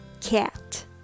cat